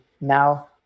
Now